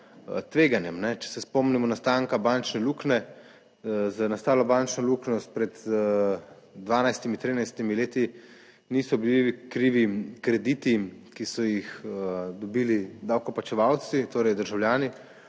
tveganjem. Če se spomnimo nastanka bančne luknje, za nastalo bančno luknjo pred 12, 13 leti niso bili krivi krediti, ki so jih dobili davkoplačevalci, torej državljani,